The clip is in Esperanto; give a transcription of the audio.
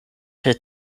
per